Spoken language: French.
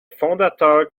fondateurs